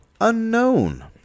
unknown